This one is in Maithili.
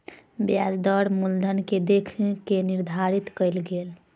ब्याज दर मूलधन के देख के निर्धारित कयल गेल